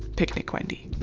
picnic wendy